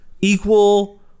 equal